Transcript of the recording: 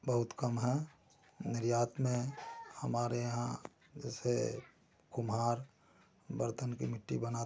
बहुत कम हैं निर्यात में हमारे यहाँ जैसे कुम्हार बर्तन की मिट्टी बनाते हैं